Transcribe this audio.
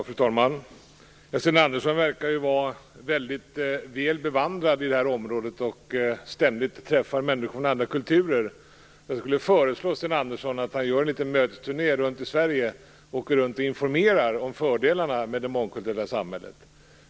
Fru talman! Sten Andersson verkar ju vara väldigt väl bevandrad på det här området och träffar ständigt människor med andra kulturer. Jag skulle vilja föreslå Sten Andersson att han gör en liten mötesturné runt Sverige och åker runt och informerar om fördelarna med det mångkulturella samhället.